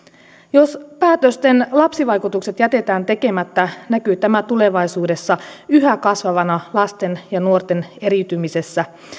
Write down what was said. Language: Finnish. jos päätösten lapsivaikutukset jätetään tekemättä näkyy tämä tulevaisuudessa yhä kasvavana lasten ja nuorten eriytymisenä